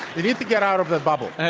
you need to get out of the bubble.